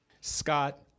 Scott